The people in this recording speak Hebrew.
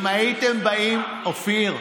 אופיר,